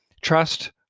trust